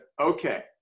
okay